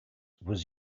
was